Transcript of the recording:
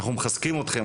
אנחנו מחזקים אתכם,